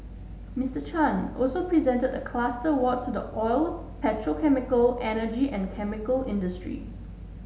Mister Chan also presented a cluster awards to the oil petrochemical energy and chemical industry